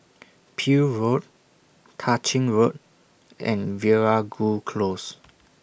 Peel Road Tah Ching Road and Veeragoo Close